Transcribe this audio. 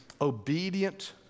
obedient